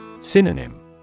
Synonym